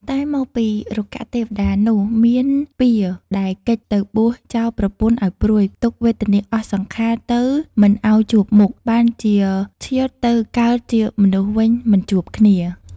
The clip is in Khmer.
តែមកពីរុក្ខទេវតានោះមានពៀរដែលគេចទៅបួសចោលប្រពន្ធឱ្យព្រួយ ទុក្ខវេទនាអស់សង្ខារទៅមិនឱ្យជួបមុខ បានជាច្យុតទៅកើតជាមនុស្សវិញមិនជួបគ្នា ។